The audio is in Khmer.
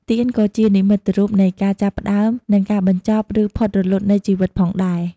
ទៀនក៏៏ជានិមិត្តរូបនៃការចាប់ផ្ដើមនិងការបញ្ចប់ឬផុតរលត់នៃជីវិតផងដែរ។